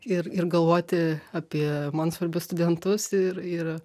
ir ir galvoti apie man svarbius studentus ir ir